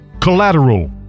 collateral